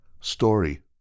story